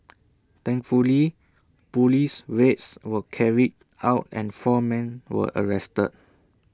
thankfully Police raids were carried out and four men were arrested